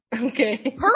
Okay